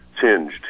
tinged